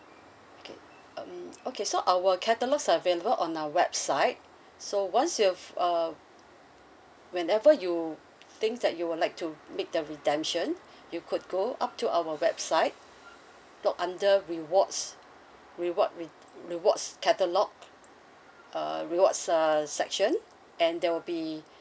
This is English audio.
okay um okay so our catalogues are available on our website so once you've uh whenever you think that you would like to make the redemption you could go up to our website look under rewards reward re~ rewards catalogue uh rewards uh section and there will be